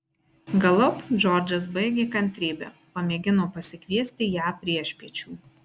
galop džordžas baigė kantrybę pamėgino pasikviesti ją priešpiečių